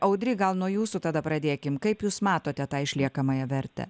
audry gal nuo jūsų tada pradėkim kaip jūs matote tą išliekamąją vertę